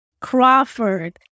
Crawford